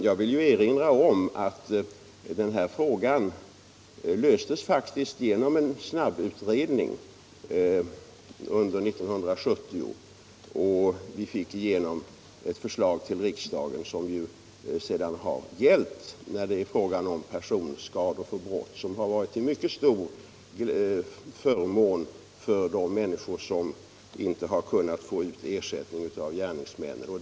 Jag vill erinra om att den här frågan löstes faktiskt genom en snabbutredning under 1970, och vi fick igenom ett förslag i riksdagen. De bestämmelserna har sedan gällt i fråga om personskador vid brott, vilket varit till stor nytta för de människor som inte har kunnat få ersättning av gärningsmännen.